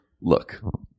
look